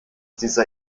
dieser